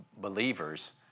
believers